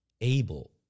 able